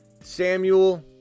Samuel